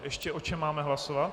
Ještě o čem máme hlasovat?